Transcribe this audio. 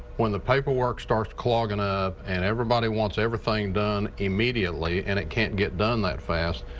when the paperwork starts clogging up and everybody wants everything done immediately and it can't get done that fast,